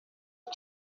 cye